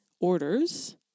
orders